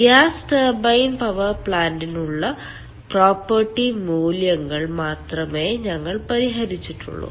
gas turbine power പ്ലാന്റിനുള്ള property മൂല്യങ്ങൾ മാത്രമേ ഞങ്ങൾ പരിഹരിച്ചിട്ടുള്ളൂ